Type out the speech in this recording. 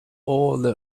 all